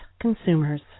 consumers